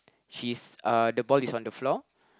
she is uh the ball is on the floor